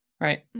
right